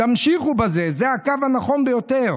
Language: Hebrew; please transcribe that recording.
תמשיכו בזה, זה הקו הנכון ביותר.